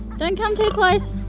don't come too close.